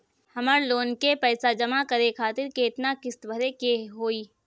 हमर लोन के पइसा जमा करे खातिर केतना किस्त भरे के होई?